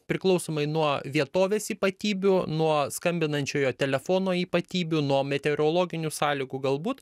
priklausomai nuo vietovės ypatybių nuo skambinančiojo telefono ypatybių nuo meteorologinių sąlygų galbūt